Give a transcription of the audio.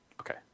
okay